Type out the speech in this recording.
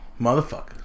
Motherfucker